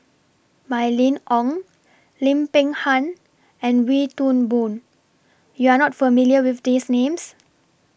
Mylene Ong Lim Peng Han and Wee Toon Boon YOU Are not familiar with These Names